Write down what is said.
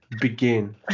begin